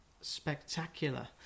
spectacular